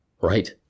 right